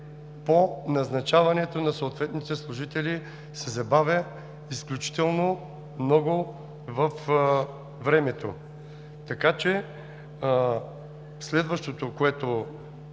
по назначаването на съответните служители се забавя изключително много във времето. Следващото, на което